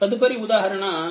తదుపరి ఉదాహరణ 4